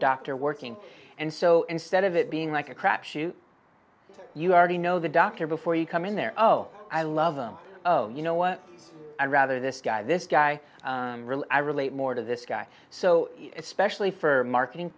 doctor working and so instead of it being like a crapshoot you already know the dr before you come in there oh i love them oh you know what i rather this guy this guy i relate more to this guy so especially for marketing